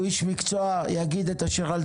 הוא איש מקצוע, הוא יגיד את דברו.